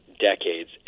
decades